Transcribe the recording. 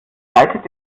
leitet